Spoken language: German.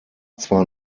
zwar